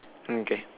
hmm okay